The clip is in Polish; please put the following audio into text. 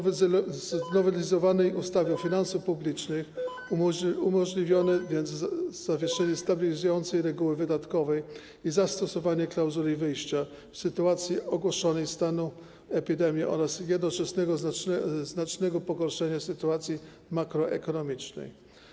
W znowelizowanej ustawie o finansach publicznych umożliwione jest zawieszenie stabilizującej reguły wydatkowej i zastosowanie klauzuli wyjścia w sytuacji ogłoszonego stanu epidemii oraz jednoczesnego znacznego pogorszenia sytuacji makroekonomicznej.